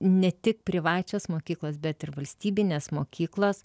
ne tik privačios mokyklos bet ir valstybinės mokyklos